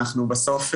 אנחנו בסוף,